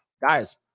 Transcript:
guys